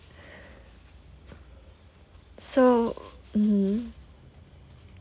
so mm